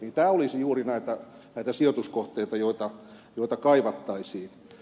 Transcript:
tämä olisi juuri näitä sijoituskohteita joita kaivattaisiin